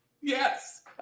Yes